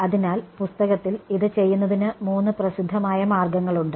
അതിനാൽ പുസ്തകത്തിൽ ഇത് ചെയ്യുന്നതിന് മൂന്ന് പ്രസിദ്ധമായ മാർഗങ്ങളുണ്ട്